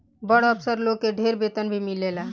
बड़ अफसर लोग के ढेर वेतन भी मिलेला